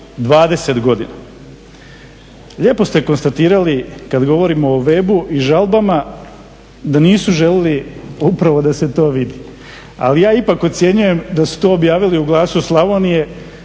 20 godina. Lijepo ste konstatirali kad govorimo o webu i žalbama da nisu željeli upravo da se to vidi. Ali ja ipak ocjenjujem da su to objavili u Glasu Slavonije